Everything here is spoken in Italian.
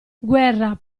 guerra